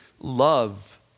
love